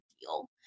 deal